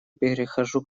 перехожу